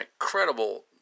incredible